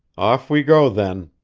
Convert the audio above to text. off we go, then.